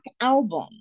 album